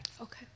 Okay